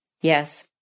Yes